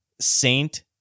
Saint